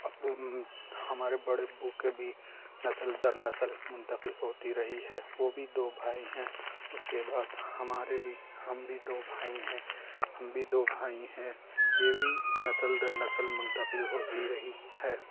ابو ہمارے بڑے ابو کے بھی نسل در نسل منتقل ہوتی رہی ہے وہ بھی دو بھائی ہیں اُس کے بعد ہمارے بھی ہم بھی دو بھائی ہیں ہم بھی دو بھائی ہیں یہ بھی نسل در نسل منتقل ہوتی رہی ہے